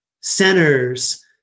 centers